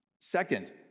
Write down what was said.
Second